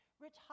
Rich